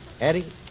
Eddie